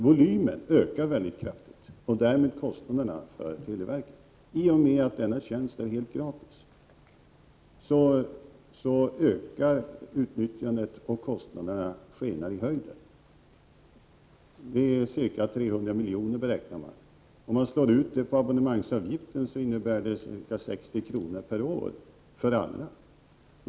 Volymen ökar kraftigt och därmed även kostnaderna för televerket. I och med att denna tjänst är helt gratis ökar utnyttjandet, och kostnaderna skenar i höjden. Kostnaderna är ca 300 milj.kr. per år. Om man slår ut denna kostnad på abonnemangsavgiften innebär det en höjning med ca 60 kr. per år för alla.